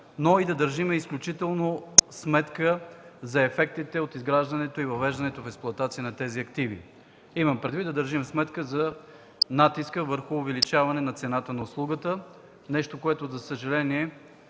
но и да държим изключително сметка за ефектите от изграждането и въвеждането в експлоатация на тези активи. Имам предвид да държим сметка за натиска върху увеличаване цената на услугата – нещо, което за съжаление,